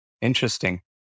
Interesting